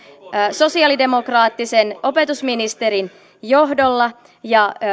sosialidemokraattisen opetusministerin johdolla ja